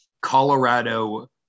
Colorado